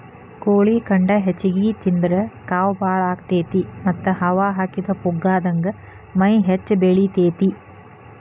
ಕೋಳಿ ಖಂಡ ಹೆಚ್ಚಿಗಿ ತಿಂದ್ರ ಕಾವ್ ಬಾಳ ಆಗತೇತಿ ಮತ್ತ್ ಹವಾ ಹಾಕಿದ ಪುಗ್ಗಾದಂಗ ಮೈ ಹೆಚ್ಚ ಬೆಳಿತೇತಿ